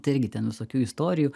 tai irgi ten visokių istorijų